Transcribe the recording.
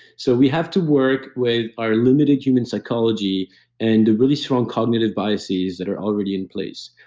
so we have to work with our limited human psychology and the really strong cognitive biases that are already in place.